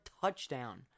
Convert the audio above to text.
touchdown